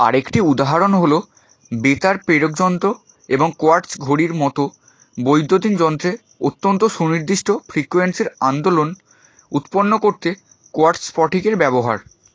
আরেকটি উদাহরণ হলো বেতার প্রেরকযন্ত্র এবং কোয়ার্টজ ঘড়ির মতো বৈদ্যুতিন যন্ত্রে অত্যন্ত সুনির্দিষ্ট ফ্রিকোয়েন্সির আন্দোলন উৎপন্ন করতে কোয়ার্টজ স্ফটিকের ব্যবহার